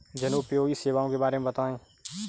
जनोपयोगी सेवाओं के बारे में बताएँ?